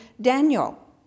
Daniel